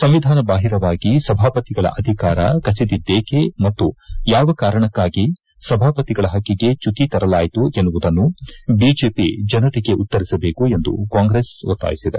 ಸಂವಿಧಾನ ಬಾಹಿರವಾಗಿ ಸಭಾಪತಿಗಳ ಅಧಿಕಾರ ಕಸಿದಿದ್ದೇಕೆ ಮತ್ತು ಯಾವ ಕಾರಣಕ್ಕಾಗಿ ಸಭಾಪತಿಗಳ ಪಕ್ಕಿಗೆ ಚ್ಯುತಿ ತರಲಾಯಿತು ಎನ್ನುವುದನ್ನು ಬಿಜೆಪಿ ಜನತೆಗೆ ಉತ್ತರಿಸಬೇಕು ಎಂದು ಕಾಂಗ್ರೆಸ್ ಒತ್ತಾಯಿಸಿದೆ